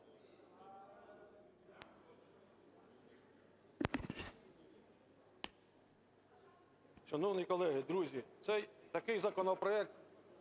Шановні колеги, друзі, цей, такий законопроект